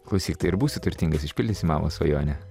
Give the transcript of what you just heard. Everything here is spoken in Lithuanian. klausyk tai ir būsi turtingas išpildysi mamos svajonę